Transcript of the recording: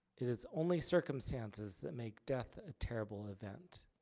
is only circumstances that make death a terrible event.